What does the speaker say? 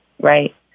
Right